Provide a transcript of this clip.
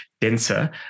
denser